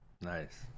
Nice